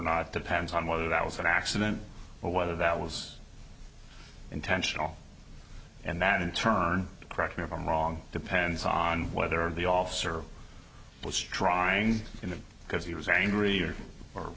not depends on whether that was an accident or whether that was intentional and that in turn correct me if i'm wrong depends on whether the officer was trying him because he was angry or or